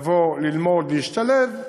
לבוא, ללמוד, להשתלב,